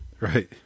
Right